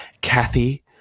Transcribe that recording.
Kathy